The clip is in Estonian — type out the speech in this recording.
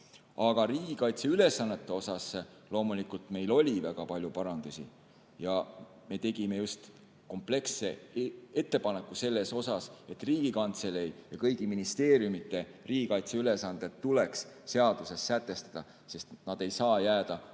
Aga riigikaitseülesannete osas loomulikult meil oli väga palju parandusi. Me tegime kompleksse ettepaneku, et Riigikantselei ja kõigi ministeeriumide riigikaitseülesanded tuleks seaduses sätestada. Need ei saa jääda